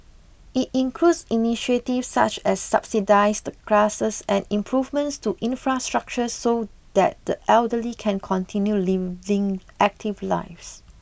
it includes initiatives such as subsidised classes and improvements to infrastructure so that the elderly can continue leading active lives